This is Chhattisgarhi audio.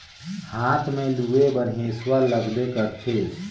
हाथ में लूए बर हेसुवा लगबे करथे